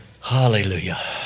Hallelujah